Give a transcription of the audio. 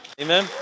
Amen